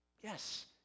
Yes